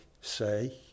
say